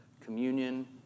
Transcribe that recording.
communion